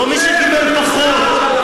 לא מי שקיבל פחות.